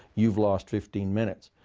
you've lost fifteen minutes.